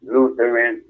Lutheran